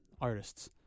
artists